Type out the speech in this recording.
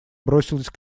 бросилась